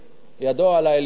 ידו על העליונה,